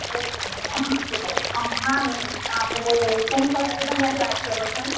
હા હા મૅમ આપણે સિમ્સ હૉસ્પિટલમાંથી વાત કરો છો ને